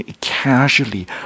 casually